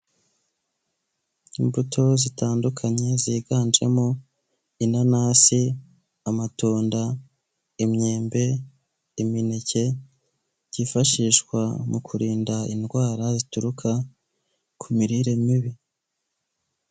Imbuto zitandukanye ziganjemo inanasi, amatunda, imyembe, imineke byifashishwa mu kurinda indwara zituruka ku mirire mibi.